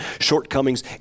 shortcomings